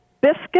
biscuit